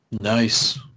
Nice